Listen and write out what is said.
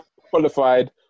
qualified